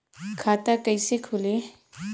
खाता कइसे खुली?